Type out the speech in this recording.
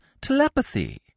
telepathy